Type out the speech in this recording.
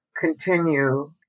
continue